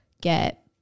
get